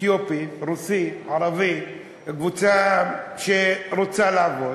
אתיופי, רוסי, ערבי, קבוצה שרוצה לעבוד,